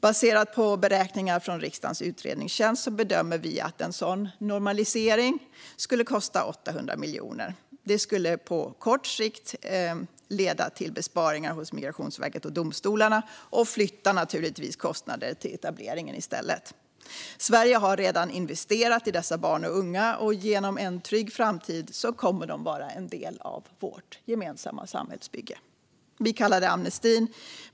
Baserat på beräkningar från riksdagens utredningstjänst bedömer vi att en sådan normalisering skulle kosta 800 miljoner kronor. Det skulle på kort sikt leda till besparingar hos Migrationsverket och domstolarna och naturligtvis flytta kostnader till etableringen i stället. Sverige har redan investerat i dessa barn och unga, och genom en trygg framtid kommer de att vara en del av vårt gemensamma samhällsbygge. Vi kallar det för amnesti.